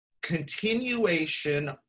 continuation